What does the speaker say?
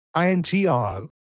INTRO